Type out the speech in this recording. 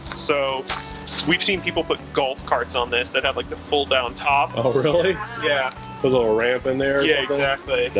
so we've seen people put golf carts on this, they'd have like the full down top, a yeah but little ramp in there. yeah exactly.